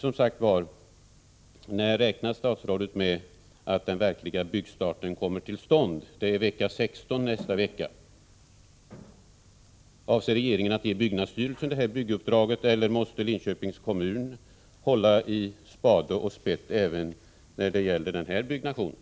15 När räknar statsrådet med att den verkliga byggstarten kommer till stånd? Det är vecka 16 nästa vecka. Avser regeringen att ge byggnadsstyrelsen uppdraget att bygga eller måste Linköpings kommun hålla i spade och spett även när det gäller den här byggnationen?